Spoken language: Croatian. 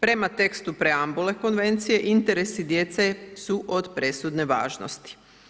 Prema tekstu preambule Konvencije, interesi djece su od presudne važnosti.